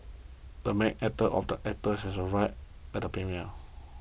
the main actor of the actor has arrived at the premiere